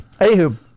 Anywho